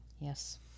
yes